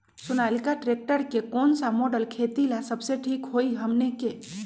Sonalika tractor के कौन model खेती ला सबसे ठीक होई हमने की?